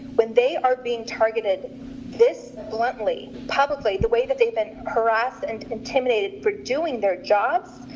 when they are being targeted this bluntly, publicly, the way that they've been harassed and intimidated for doing their jobs,